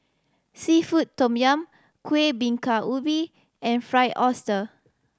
seafood tom yum Kueh Bingka Ubi and Fried Oyster